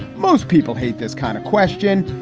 most people hate this kind of question.